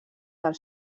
del